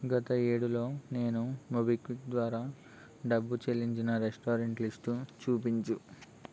గత యేడులో నేను మోబిక్విక్ ద్వారా డబ్బు చెల్లించిన రెస్టారెంట్ల లిస్టు చూపించు